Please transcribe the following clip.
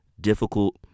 difficult